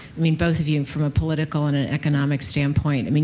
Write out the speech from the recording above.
i mean both of you, from a political and an economic standpoint. i mean